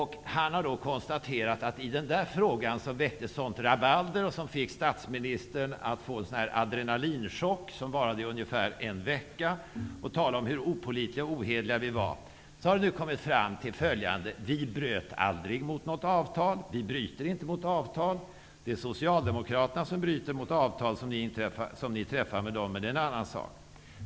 Han har konstaterat, att i den fråga som väckte sådant rabalder och som gav statsministern en adrenalinchock som varade i ungefär en vecka -- han talade om hur opålitliga vi var -- har nu följande kommit fram: Vi bröt aldrig mot något avtal. Vi bryter inte mot avtal. Det är Socialdemokraterna som bryter mot de avtal som ni träffar med dem, men det är en annan sak.